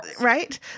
right